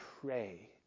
pray